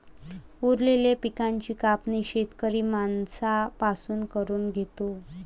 उरलेल्या पिकाची कापणी शेतकरी माणसां पासून करून घेतो